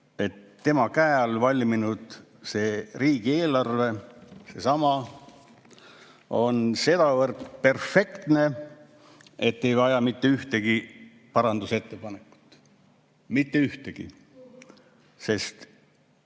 et tema käe all valminud riigieelarve, seesama, on sedavõrd perfektne, et ei vaja mitte ühtegi parandusettepanekut. Mitte ühtegi, sest